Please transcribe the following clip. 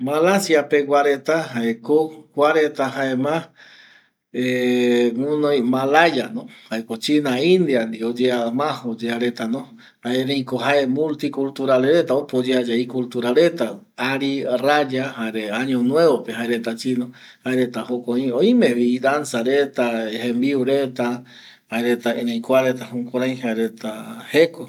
Malasia pegua retako jaema guɨnoi malayano jaeko china india ndie ma oyea retano ereiko jae multiculturale reta opa oyoavɨavɨ reta ariraya jere año nuevope jareta jukurai oimevi idanza reta, jembiu reta erei kuareta jukurai jeko